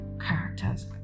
characters